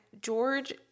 George